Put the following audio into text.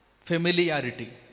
familiarity